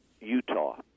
Utah